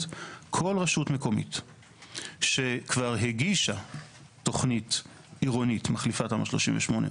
שכל רשות מקומית שכבר הגישה תוכנית עירונית מחליפת תמ"א 38,